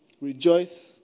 Rejoice